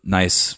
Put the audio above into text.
nice